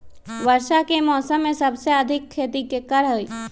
वर्षा के मौसम में सबसे अधिक खेती केकर होई?